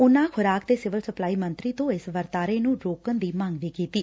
ਉਨਾ ਖੁਰਾਕ ਅਤੇ ਸਿਵਲ ਸਪਲਾਈ ਮੰਤਰੀ ਤੋਂ ਇਸ ਵਰਤਾਰੇ ਨੂੰ ਰੋਕਣ ਦੀ ਮੰਗ ਕੀਤੀ ਐ